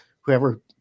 whoever